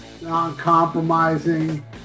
non-compromising